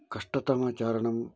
कष्टतमं चारणं